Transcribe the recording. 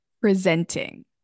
presenting